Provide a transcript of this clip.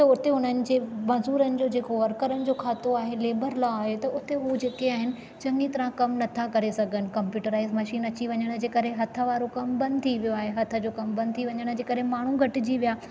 त उते उन्हनि जे मज़दूरनि जो जेको वर्करनि जो खातो आहे लेबर लाइ आहे त उते हूअ जेके आहिनि चङी तरह कमु नथा करे सघनि कंप्यूटराइज़ मशीन अची वञण जे करे हथ वारो कमु बंदि थी वियो आहे हथ जो कमु बंदि थी वञण जे करे माण्हू घटिजी विया